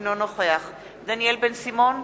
אינו נוכח דניאל בן-סימון,